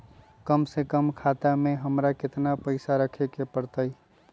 कम से कम खाता में हमरा कितना पैसा रखे के परतई?